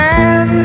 Man